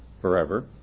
forever